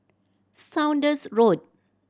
Saunders Road